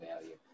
value